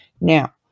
Now